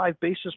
basis